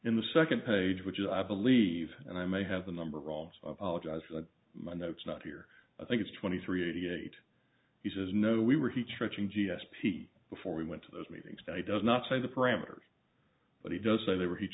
in the second page which is i believe and i may have the number wrong apologize for my notes not here i think it's twenty three eighty eight he says no we were he trenching g s p before we went to those meetings that he does not say the parameters but he does say they were